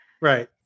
Right